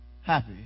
happy